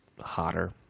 hotter